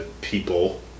people